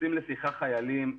תופסים לשיחה חיילים,